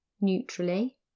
neutrally